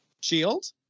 Shield